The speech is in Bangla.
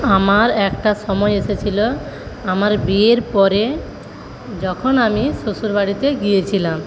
আমার একটা সময় এসেছিল আমার বিয়ের পরে যখন আমি শ্বশুরবাড়িতে গিয়েছিলাম